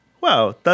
Wow